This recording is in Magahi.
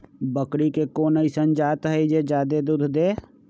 बकरी के कोन अइसन जात हई जे जादे दूध दे?